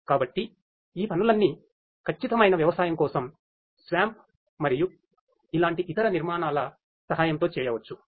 కాబట్టి ఈ పనులన్నీ సరఇన వ్యవసాయం కోసం SWAMP మరియు ఇలాంటి ఇతర నిర్మాణాల సహాయంతో చేయవచ్చు